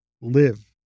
live